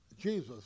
Jesus